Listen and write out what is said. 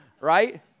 right